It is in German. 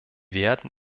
werden